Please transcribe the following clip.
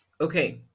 Okay